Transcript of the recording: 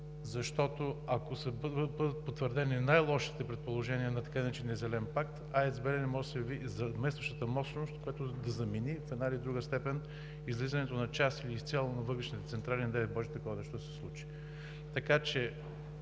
защото ако бъдат потвърдени най-лошите предположения на така наречения Зелен пакт, АЕЦ „Белене“ може да се яви заместващата мощност, която да замени в една или друга степен излизането на част или изцяло на въглищните централи. Не дай боже, такова нещо да се случи! Така че,